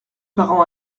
parents